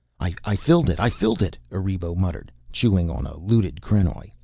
i filled it, i filled it, erebo muttered, chewing on a looted krenoj.